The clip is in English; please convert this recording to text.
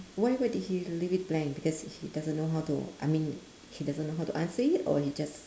why why did he leave it blank because he doesn't know how to I mean he doesn't know to answer it or he just